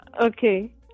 Okay